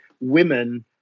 women